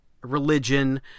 religion